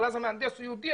אבל אז המהנדס הוא יהודי,